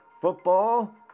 football